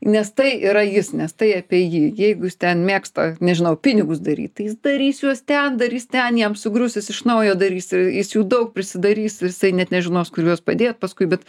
nes tai yra jis nes tai apie jį jeigu jis ten mėgsta nežinau pinigus daryt tai jis darys juos ten darys ten jam sugrius jis iš naujo darys ir jis jų daug prisidarys ir jisai net nežinos kur juos padėt paskui bet